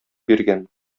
биргән